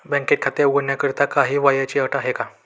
बँकेत खाते उघडण्याकरिता काही वयाची अट आहे का?